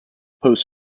post